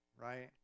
right